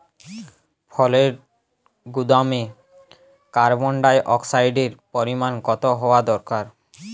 ফলের গুদামে কার্বন ডাই অক্সাইডের পরিমাণ কত হওয়া দরকার?